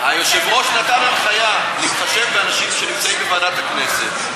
היושב-ראש נתן הנחיה להתחשב באנשים שנמצאים בוועדת הכנסת.